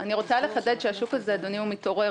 אני רוצה לחדד שהשוק הזה מתעורר,